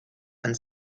and